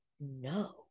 No